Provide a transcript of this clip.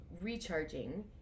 recharging